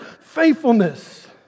faithfulness